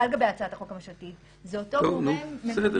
בהצעת החוק הממשלתית זה אותו גורם בנוגע